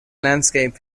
landscape